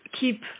keep